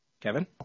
Kevin